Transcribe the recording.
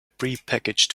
prepackaged